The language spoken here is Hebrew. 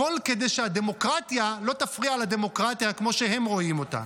הכול כדי שהדמוקרטיה לא תפריע לדמוקרטיה כמו שהם רואים אותה.